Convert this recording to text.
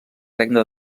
regne